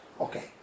Okay